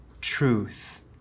truth